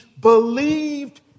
believed